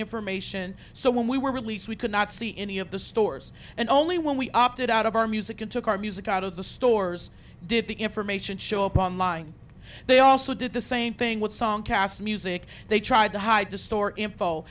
information so when we were released we could not see any of the stores and only when we opted out of our music and took our music out of the stores did the information show up on line they also did the same thing with song cast music they tried to hide the store info